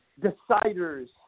deciders